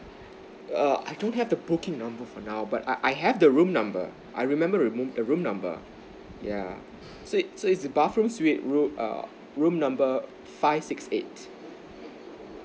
err I don't have the booking number for now but I I have the room number I remember the room the room number yeah so it's it's a bathroom suite room err number five six eight